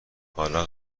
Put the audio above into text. حالا